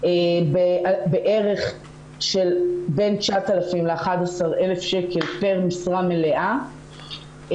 בערך של בין 9,000 ל-11,000 שקל פר משרה מלאה,